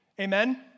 Amen